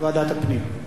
ועדת הפנים.